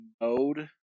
mode